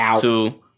two